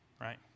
right